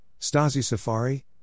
Stasi-Safari